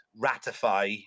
ratify